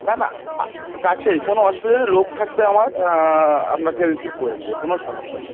না না কাছেই কোনো অসুবিধা নেই লোক থাকবে আমার আপনাকে পিক করে নেবে কোনো সমস্যা নেই